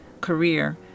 career